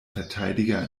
verteidiger